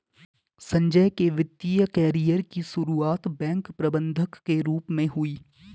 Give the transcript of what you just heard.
संजय के वित्तिय कैरियर की सुरुआत बैंक प्रबंधक के रूप में हुई